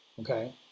okay